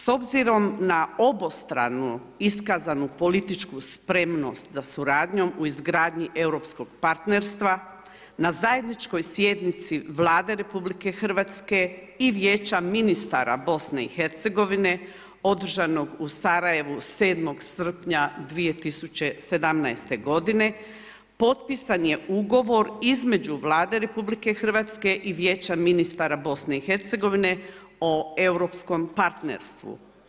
S obzirom na obostranu iskazanu političku spremnost za suradnjom u izgradnji europskog partnerstva na zajedničkoj sjednici Vlade RH i Vijeća ministara BiH održanog u Sarajevu 7. srpnja 2017. godine potpisan je ugovor između Vlade RH i Vijeća ministara BiH o europskom partnerstvu.